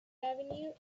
avenue